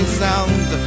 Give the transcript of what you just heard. sound